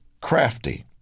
crafty